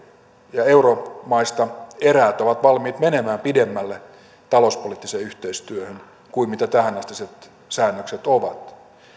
ja euromaista eräät ovat valmiit menemään pidemmälle talouspoliittiseen yhteistyöhön kuin mitä tähänastiset säännökset ovat